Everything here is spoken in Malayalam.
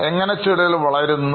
എങ്ങനെ ചെടികൾ വളരുന്നു